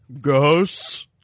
Ghosts